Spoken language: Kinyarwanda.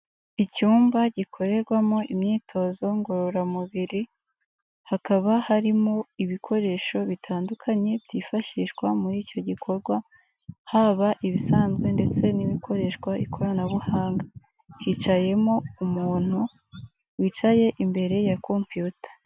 Icyumba gikorerwamo imyitozo ngororamubiri, hakaba harimo ibikoresho bitandukanye byifashishwa muri icyo gikorwa haba ibisanzwe ndetse n'ibikoreshwa ikoranabuhanga, hicayemo umuntu wicaye imbere ya kompiyuta.